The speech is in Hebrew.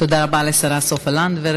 תודה רבה לשרה סופה לנדבר.